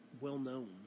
well-known